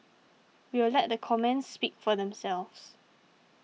we'll let the comments speak for themselves